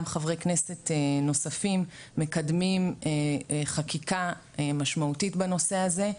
חברי כנסת נוספים מקדמים חקיקה משמעותית בנושא הזה,